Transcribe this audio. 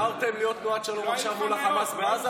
גמרתם להיות תנועת שלום עכשיו מול החמאס בעזה?